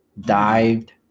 dived